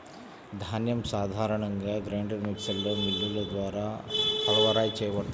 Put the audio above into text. ధాన్యం సాధారణంగా గ్రైండర్ మిక్సర్లో మిల్లులు ద్వారా పల్వరైజ్ చేయబడుతుంది